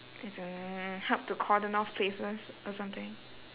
I don't know uh help to cordon off places or something